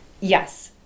Yes